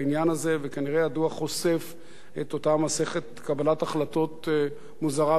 וכנראה הדוח חושף את אותה מסכת קבלת החלטות מוזרה וכושלת.